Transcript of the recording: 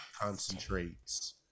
concentrates